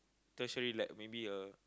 tertiary le~ maybe a